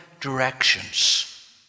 directions